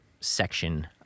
section